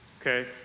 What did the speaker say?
okay